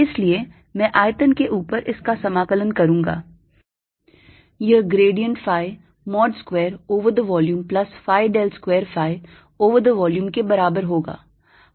इसलिए मैं आयतन के ऊपर इसका समाकलन करूंगा यह grad phi mod square over the volume plus phi del square phi over the volume के बराबर होगा